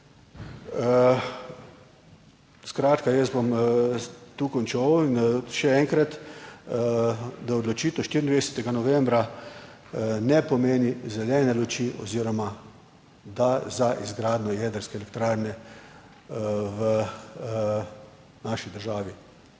Skratka, jaz bom tu končal in še enkrat, da odločitev 24. novembra ne pomeni zelene luči oziroma, da za izgradnjo jedrske elektrarne v naši državi.